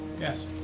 Yes